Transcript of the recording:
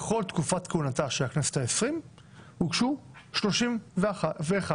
בכל תקופת כהונתה של הכנסת ה-20 הוגשו 31 ערעורים.